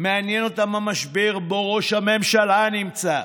מעניין אותם המשבר שבו ראש הממשלה נמצא,